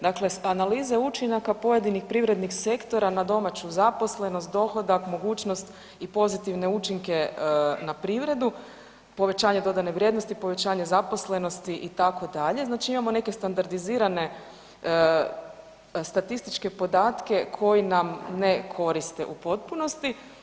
Dakle, analize učinaka pojedinih privrednih sektora na domaću zaposlenost, dohodak, mogućnost i pozitivne učinke na privredu, povećanje dodane vrijednosti, povećanje zaposlenosti itd., znači imamo neke standardizirane statističke podatke koji nam ne koriste u potpunosti.